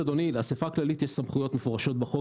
לאסיפה הכללית יש סמכויות מפורשות בחוק